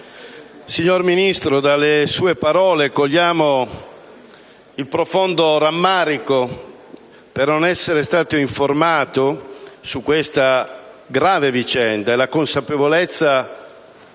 Signor Ministro, dalle sue parole cogliamo il profondo rammarico per non essere stato informato di questa grave vicenda e la consapevolezza